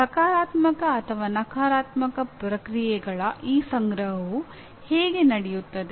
ಸಕಾರಾತ್ಮಕ ಅಥವಾ ನಕಾರಾತ್ಮಕ ಪ್ರತಿಕ್ರಿಯೆಗಳ ಈ ಸಂಗ್ರಹವು ಹೇಗೆ ನಡೆಯುತ್ತದೆ